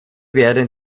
werden